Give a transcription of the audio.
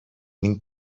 μην